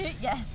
Yes